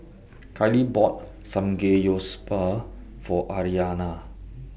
Kailee bought Samgeyopsal For Aryanna